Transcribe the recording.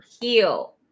heel